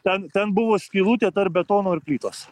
ten ten buvo skylutė tarp betono ir plytos